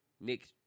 Nick